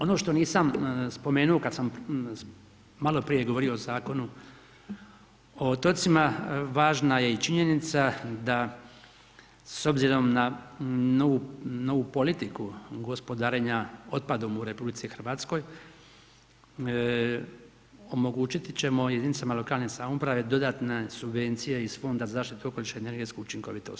Ono što nisam spomenuo kad sam maloprije govorio o Zakonu o otocima, važna je i činjenica da s obzirom na novu politiku gospodarenja otpadom u RH, omogućit ćemo jedinicama lokalne samouprave dodatne subvencije iz Fonda zaštite okoliša i energetsku učinkovitost.